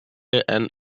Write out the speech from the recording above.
and